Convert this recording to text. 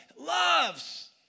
loves